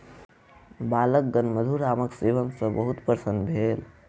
बालकगण मधुर आमक सेवन सॅ बहुत प्रसन्न भेल